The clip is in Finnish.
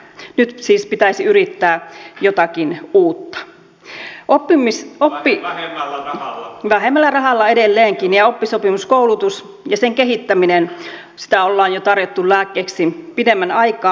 nyt siis pitäisi yrittää jotakin uutta vähemmällä rahalla edelleenkin ja oppisopimuskoulutusta ja sen kehittämistä ollaan jo tarjottu lääkkeeksi pidemmän aikaa